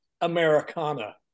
Americana